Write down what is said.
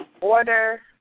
order